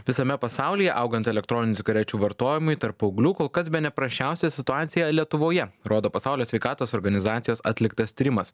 visame pasaulyje augant elektroninių cigarečių vartojimui tarp paauglių kol kas bene prasčiausia situacija lietuvoje rodo pasaulio sveikatos organizacijos atliktas tyrimas